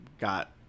got